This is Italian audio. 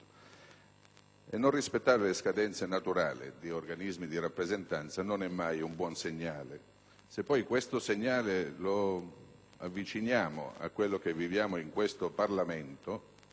Non rispettare le scadenze naturali di organismi di rappresentanza non è mai un buon segnale. Se poi questo segnale lo avviciniamo a quel che registriamo in questo Parlamento,